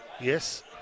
Yes